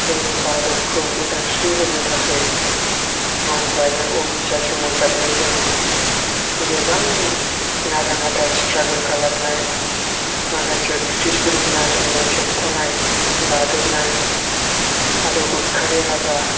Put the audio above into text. जोंनि भारतखौ उदांस्रि होनो थाखै नन बायलेनस अहिंसा सोमावसारनायजों गोबां नारा नाथा स्थ्रागोल खालामनाय माखासे बृटिसफोरनि नासयनाय सोबखनाय गादबनाय हादर उदखारि हाबा